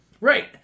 Right